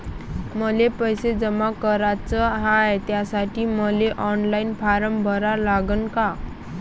मले पैसे जमा कराच हाय, त्यासाठी मले ऑनलाईन फारम भरा लागन का?